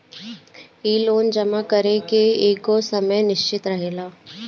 इ लोन जमा करे के एगो समय निश्चित रहेला